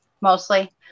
Mostly